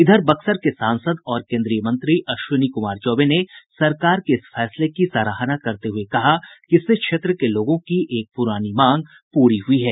इधर बक्सर के सांसद और केन्द्रीय मंत्री अश्विनी कुमार चौबे ने सरकार के इस फैसले की सराहना करते हुए कहा कि इससे क्षेत्र के लोगों की एक पुरानी मांग पुरी हुई है